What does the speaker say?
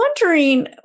wondering